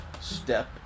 step